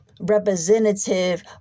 representative